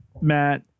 Matt